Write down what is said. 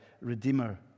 Redeemer